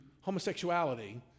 homosexuality